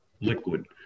liquid